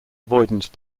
avoidance